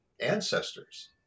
ancestors